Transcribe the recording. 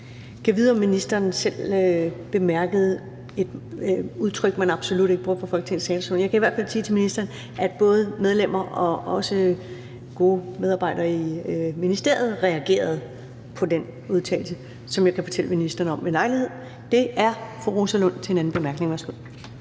Gad vide, om ministeren selv bemærkede et udtryk, man absolut ikke bruger fra Folketingets talerstol. Jeg kan i hvert fald sige til ministeren, at både medlemmer og også gode medarbejdere i ministeriet reagerede på den udtalelse, som jeg kan fortælle ministeren om ved lejlighed. Så er det fru Rosa Lund til en anden bemærkning. Værsgo.